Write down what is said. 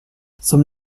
som